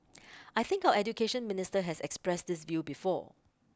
I think our Education Minister has expressed this view before